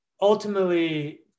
ultimately